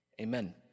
Amen